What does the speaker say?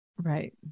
Right